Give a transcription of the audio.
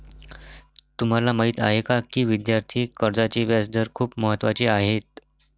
तुम्हाला माहीत आहे का की विद्यार्थी कर्जाचे व्याजदर खूप महत्त्वाचे आहेत?